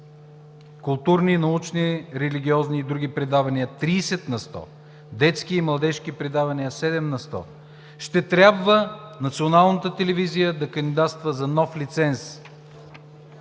културни, научни, религиозни, и други предавания – 30%; детски и младежки предавания – 7%, ще трябва националната телевизия да кандидатства за нов лиценз.